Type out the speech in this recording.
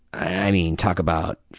i mean, talk about,